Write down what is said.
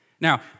Now